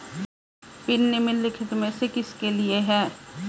Pin निम्नलिखित में से किसके लिए है?